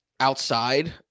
Outside